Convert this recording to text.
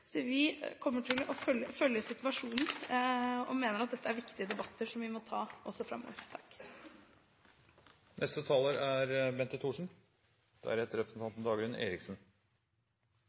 Vi kommer til å følge situasjonen og mener at dette er viktige debatter som vi må ta også framover. Jeg vil igjen begynne med å takke representanten